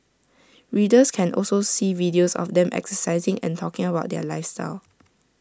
readers can also see videos of the them exercising and talking about their lifestyle